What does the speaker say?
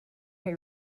who